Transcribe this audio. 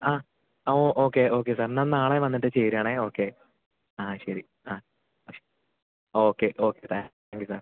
ആ ആ okay okay sir എന്നാൽ നാളെ ഞാൻ വന്നിട്ട് ചേരുകയാണെങ്കിൽ ഓക്കെ ആ ശരി ആ ആ ശരി okay okay thank you sir